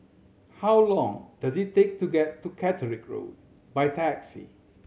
how long does it take to get to Catterick Road by taxi